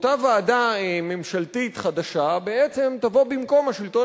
אותה ועדה ממשלתית חדשה בעצם תבוא במקום השלטון